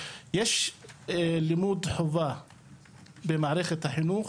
יש לימוד חובה במערכת החינוך,